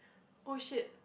oh shit